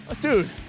dude